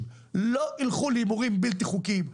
מהם לא ילכו להימורים לא חוקיים.